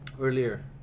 earlier